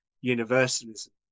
universalism